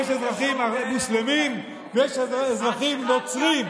יש אזרחים מוסלמים ויש אזרחים נוצרים.